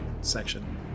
section